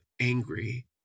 angry